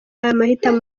amahitamo